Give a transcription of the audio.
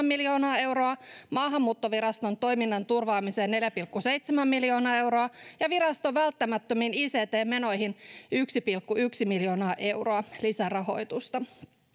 miljoonaa euroa maahanmuuttoviraston toiminnan turvaamiseen neljä pilkku seitsemän miljoonaa euroa ja viraston välttämättömiin ict menoihin yksi pilkku yksi miljoonaa euroa lisärahoitusta